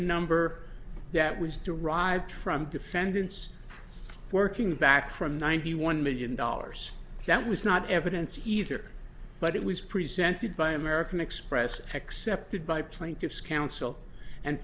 number that was derived from defendants working back from ninety one million dollars that was not evidence either but it was presented by american express accepted by plaintiffs counsel and